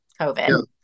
COVID